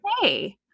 Hey